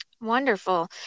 wonderful